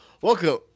welcome